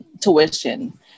tuition